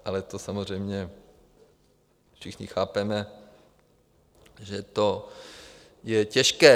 Ale to samozřejmě všichni chápeme, že to je těžké.